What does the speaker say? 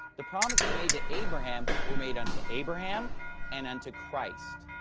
the promises made to abraham were made unto abraham and unto christ,